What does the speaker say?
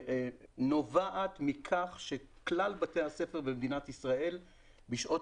נובע מכך שכלל בתי הספר במדינת ישראל בשעות